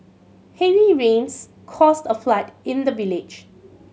heavy rains caused a flood in the village